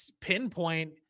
pinpoint